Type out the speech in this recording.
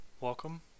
welcome